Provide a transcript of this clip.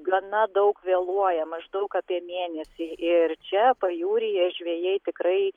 gana daug vėluoja maždaug apie mėnesį ir čia pajūryje žvejai tikrai